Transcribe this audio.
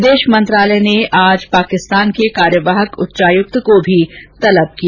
विदेश मंत्रालय ने आज पाकिस्तान के कार्यवाहक उच्चायुक्त को भी तलब किया